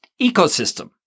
ecosystem